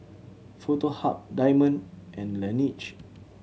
Foto Hub Diamond and Laneige